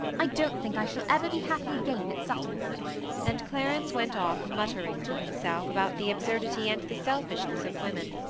i don't think i shall ever be happy again at sutton and clarence went off muttering to himself about the absurdity and the selfishness of women.